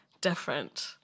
different